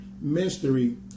mystery